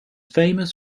famous